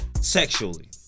sexually